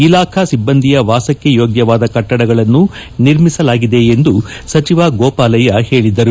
ಇಲಾಖಾ ಸಿಬ್ಲಂದಿಯ ವಾಸಕ್ಕೆ ಯೋಗ್ಯವಾದ ಕಟ್ಟಡಗಳನ್ನು ನಿರ್ಮಿಸಲಾಗಿದೆ ಎಂದು ಸಚಿವ ಗೋಪಾಲಯ್ಯ ಹೇಳಿದರು